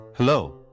Hello